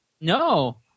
No